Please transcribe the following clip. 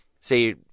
say